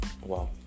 Wow